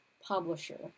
publisher